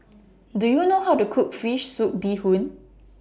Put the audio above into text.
Do YOU know How to Cook Fish Soup Bee Hoon